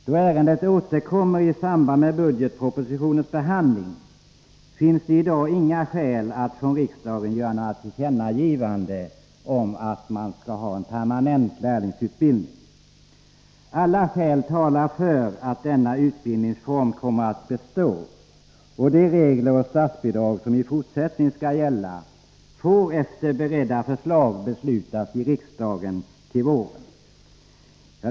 Då ärendet återkommer i samband med budgetpropositionens behandling finns det i dag inga skäl att göra några tillkännagivanden från riksdagen om att man skall ha en permanent lärlingsutbildning. Alla skäl talar för att denna utbildningsform kommer att bestå. De regler och statsbidrag som i fortsättningen skall gälla får efter det att förslagen beretts beslutas av riksdagen i vår.